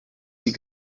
sie